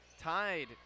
Tied